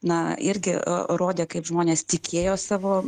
na irgi rodė kaip žmonės tikėjo savo